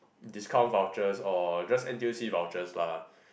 discount vouchers or just N_T_U_C vouchers lah